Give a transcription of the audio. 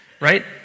right